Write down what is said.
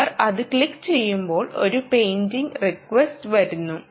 അവർ അത് ക്ലിക്ക് ചെയ്യുമ്പോൾ ഒരു പെയറിംഗ് റിക്വസ്റ്റ് വരുന്നു